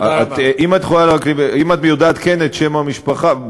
אם את יודעת את שם המשפחה,